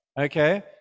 Okay